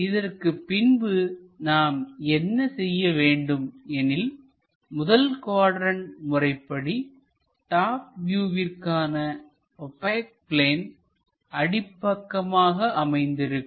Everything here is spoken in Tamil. இதற்குப் பின்பு நாம் என்ன செய்ய வேண்டும் எனில் முதல் குவாட்ரண்ட் முறைப்படி டாப் வியூவிற்கு ஓபெக் பிளேன் அடிப்பக்கமாக அமைந்திருக்கும்